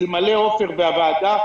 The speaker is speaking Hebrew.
אלמלא עפר שלח והוועדה,